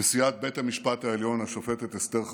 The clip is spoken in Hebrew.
נשיאת בית המשפט העליון השופטת אסתר חיות,